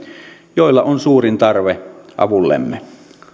joilla on suurin tarve avullemme